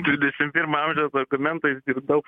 dvidešim pirmo amžiaus argumentą išgirdau